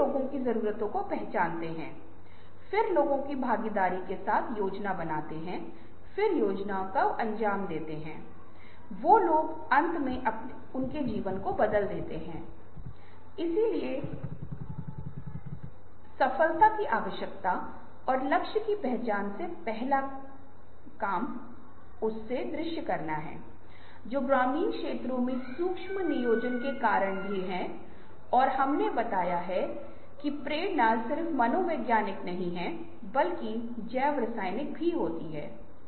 तीसरा जब सभी सदस्य लेखन पूरा कर लेते हैं तब चुप हो जाते हैं तब एक सदस्य प्रत्येक सदस्य को एक विचार प्रस्तुत करता है जब तक कि समूह में सभी सदस्य विचारों का प्रतिनिधित्व नहीं करते हैं और वे रिकॉर्ड किए जाते हैं